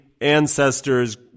ancestors